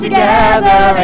together